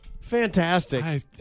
fantastic